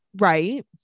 Right